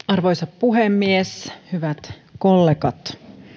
arvoisa puhemies hyvät kollegat